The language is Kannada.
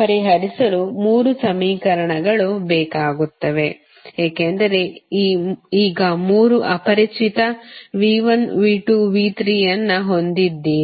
ಪರಿಹರಿಸಲು ಮೂರು ಸಮೀಕರಣಗಳು ಬೇಕಾಗುತ್ತವೆ ಏಕೆಂದರೆ ಈಗ ಮೂರು ಅಪರಿಚಿತ V1V2V3 ಅನ್ನು ಹೊಂದಿದ್ದೀರಿ